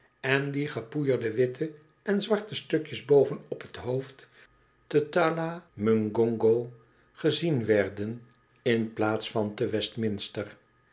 en die gepoeierde witte en zwarte stukjes boven op t hoofd te tala mungongo gezien werden in plaats van te